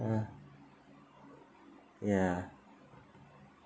uh ya